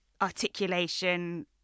articulation